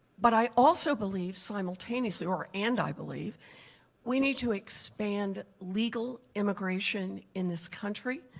but i also believe simultaneously or and i believe we need to expand legal immigration in this country.